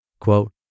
Quote